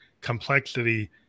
complexity